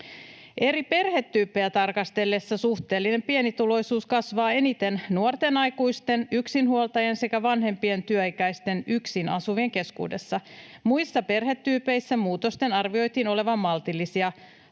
Eri perhetyyppejä tarkastellessa suhteellinen pienituloisuus kasvaa eniten nuorten aikuisten, yksinhuoltajien sekä vanhempien työikäisten yksin asuvien keskuudessa. Muissa perhetyypeissä muutosten arvioitiin olevan maltillisia.